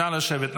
לשבת,